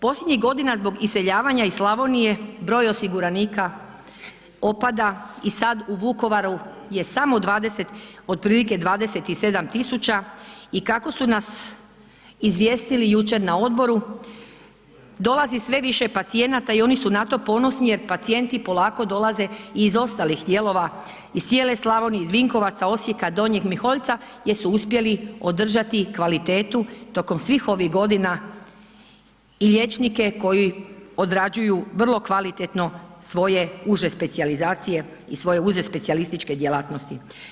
Posljednjih godina zbog iseljavanja iz Slavonije, broj osiguranika opada i sad u Vukovaru je samo 20, otprilike 27 tisuća i kako su nas izvijestili jučer na odboru, dolazi sve više pacijenata i oni su na to ponosni jer pacijenti polako dolaze i iz ostalih dijelova, iz cijele Slavonije, iz Vinkovaca, Osijeka, Donjeg Miholjca jer su uspjeli održati kvalitetu tokom svih ovih godina i liječnike koji odrađuju vrlo kvalitetno svoje uže specijalizacije i svoje uže specijalističke djelatnosti.